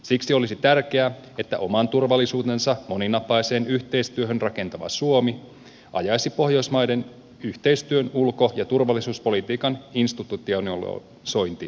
siksi olisi tärkeää että oman turvallisuutensa moninapaiseen yhteistyöhön rakentava suomi ajaisi pohjoismaiden yhteistyön ulko ja turvallisuuspolitiikan institutionalisointia